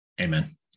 Amen